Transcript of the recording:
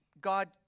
God